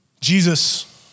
Jesus